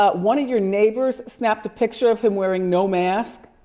ah one of your neighbors snapped a picture of him wearing no mask.